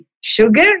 sugar